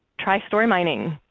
try story mining.